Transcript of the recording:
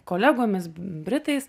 kolegomis britais